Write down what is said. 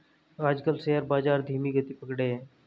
आजकल शेयर बाजार धीमी गति पकड़े हैं